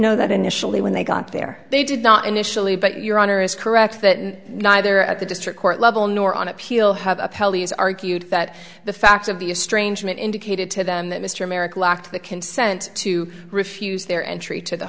know that initially when they got there they did not initially but your honor is correct that neither at the district court level nor on appeal have upheld he has argued that the facts of the estrangement indicated to them that mr merrick lacked the consent to refuse their entry to the